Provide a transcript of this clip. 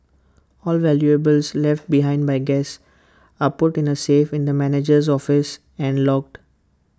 all valuables left behind by guests are put in A safe in the manager's office and logged